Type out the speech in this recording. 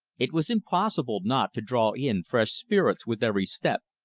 it was impossible not to draw in fresh spirits with every step.